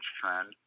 Trend